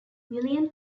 william